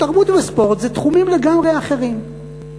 תרבות וספורט זה תחומים לגמרי אחרים.